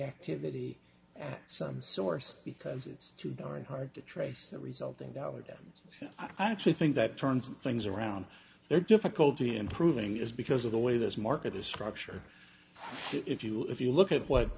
activity at some source because it's too darn hard to trace the resulting dollar down i actually think that turns things around their difficulty in proving is because of the way this market is structure if you if you look at what